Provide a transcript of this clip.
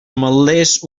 ametllers